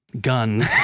guns